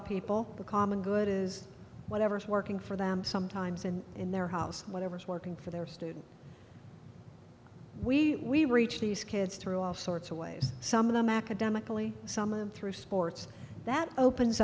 of people the common good is whatever's working for them sometimes and in their house whatever's working for their students we reach these kids through all sorts of ways some of them academically some of through sports that opens